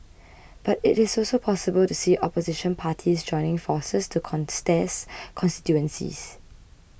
but it is also possible to see Opposition parties joining forces to contest constituencies